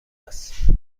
است